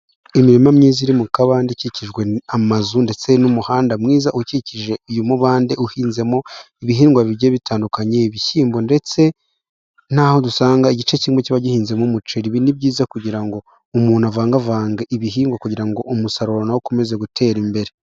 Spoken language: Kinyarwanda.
Imirima myiza iri mu kabande ikikijwe amazu ndetse n'umuhanda mwiza ukikije uyu mubande uhinzemo ibihingwa bigiye bitandukanye, ibishyimbo ndetse n'aho dusanga igice kimwe kiba gihinzemo umuceri. Ibi ni byiza kugira ngo umuntu avangavanga ibihingwa kugira ngo umusaruro na wo ukomeze gutera imbere.